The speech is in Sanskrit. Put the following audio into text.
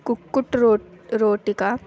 कुक्कुट् रोट् रोटिका